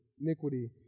iniquity